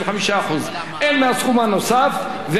הן מהסכום הנוסף והן מאגרת הטלוויזיה.